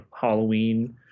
halloween